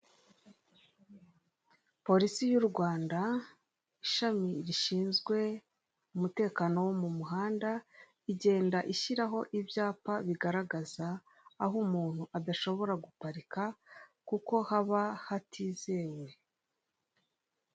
Polisi y' u Rwanda ishami rishinzwe umutekano wo mu muhanda igenda ishyiraho ibyapa bigaragaza aho umuntu adashobora guparika kuko haba hatizewe.